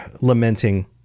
lamenting